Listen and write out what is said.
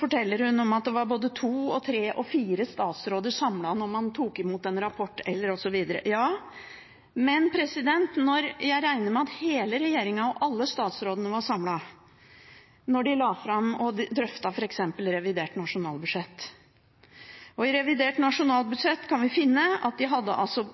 forteller hun at det var fire statsråder samlet da man tok imot en rapport osv. Ja, men jeg regner med at hele regjeringen og alle statsrådene var samlet da de drøftet og la fram f.eks. revidert nasjonalbudsjett. I revidert nasjonalbudsjett finner vi at de hadde